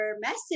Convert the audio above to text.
message